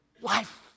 life